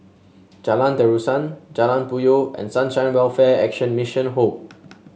Jalan Terusan Jalan Puyoh and Sunshine Welfare Action Mission Home